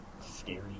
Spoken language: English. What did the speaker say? scary